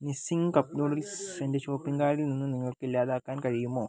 Nissin cup noodles എന്റെ shopping കാർട്ടിൽ നിന്ന് നിങ്ങൾക്ക് ഇല്ലാതാക്കാൻ കഴിയുമോ